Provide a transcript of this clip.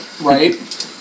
Right